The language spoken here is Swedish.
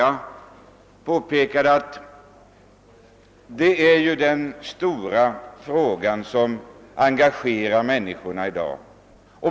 Jag påpekade att miljöfrågan är den stora frågan, den som i dag engagerar människorna.